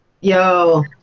Yo